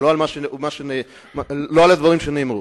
ולא על הדברים שנאמרו.